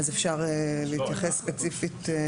אז אפשר להתייחס ספציפית.